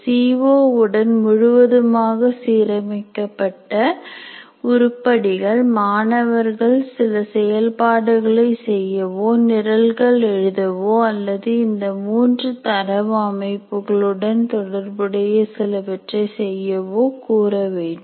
CO உடன் முழுவதுமாக சீரமைக்கப்பட்ட உருப்படிகள் மாணவர்களை சில செயல்பாடுகளை செய்யவோ நிரல்கள் எழுதவோ அல்லது இந்த மூன்று தரவு அமைப்புகளுடன் தொடர்புடைய சிலவற்றை செய்யவோ கூற வேண்டும்